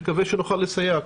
נקווה שנוכל לסייע.